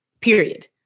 period